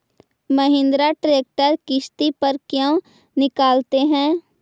Mahindra tractor किसति पर क्यों निकालते हैं?